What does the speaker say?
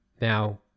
Now